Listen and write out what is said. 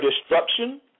destruction